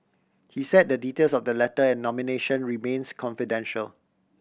he said the details of the letter and nomination remains confidential